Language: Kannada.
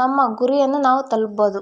ನಮ್ಮ ಗುರಿಯನ್ನು ನಾವು ತಲುಪ್ಬೋದು